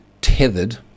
tethered